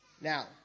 Now